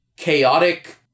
chaotic